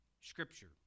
Scripture